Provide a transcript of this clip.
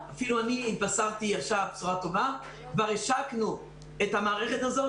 התבשרתי עכשיו בשורה טובה שכבר השקנו את המערכת הזאת